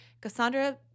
Cassandra